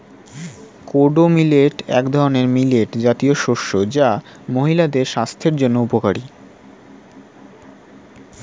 kodo millet এক ধরনের millet জাতীয় শস্য যা মহিলাদের স্বাস্থ্যের জন্য উপকারী